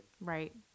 Right